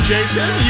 Jason